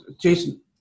Jason